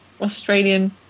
Australian